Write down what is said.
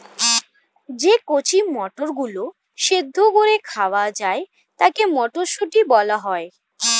যে কচি মটরগুলো সেদ্ধ করে খাওয়া যায় তাকে মটরশুঁটি বলা হয়